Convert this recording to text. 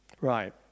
Right